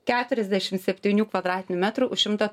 keturiasdešim septynių kvadratinių metrų už šimtą